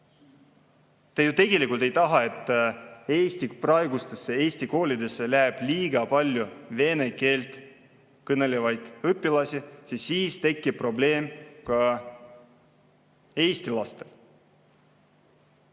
Te ju tegelikult ei taha, et praegustesse eesti koolidesse läheks liiga palju vene keelt kõnelevaid õpilasi, sest siis tekib probleem ka eesti lastel.